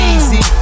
Easy